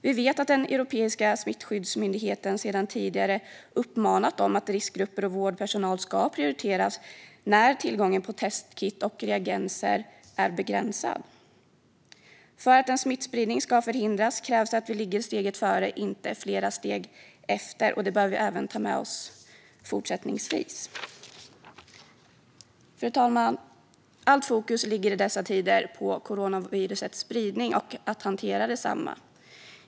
Vi vet att den europeiska smittskyddsmyndigheten sedan tidigare uppmanat att riskgrupper och vårdpersonal ska prioriteras när tillgången på testkit och reagenser är begränsad. För att en smittspridning ska förhindras krävs det att vi ligger steget före, inte flera steg efter, och det bör vi även ta med oss fortsättningsvis. Fru talman! Allt fokus ligger i dessa tider på coronavirusets spridning och att hantera detsamma.